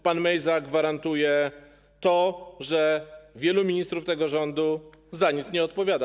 Pan Mejza gwarantuje to że wielu ministrów tego rządu za nic nie odpowiada.